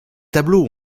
tableaux